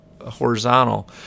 horizontal